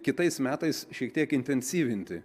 kitais metais šiek tiek intensyvinti